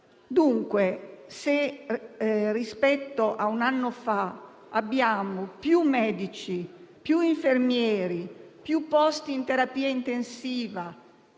Dunque, se rispetto a un anno fa abbiamo più medici, più infermieri e più posti in terapia intensiva